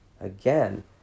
Again